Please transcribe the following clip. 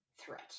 threat